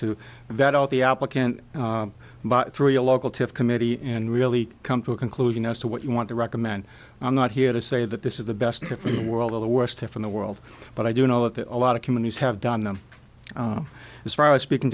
do that all the applicant but through a local to committee and really come to a conclusion as to what you want to recommend i'm not here to say that this is the best world or the worst if in the world but i do know that a lot of companies have done them as far as speaking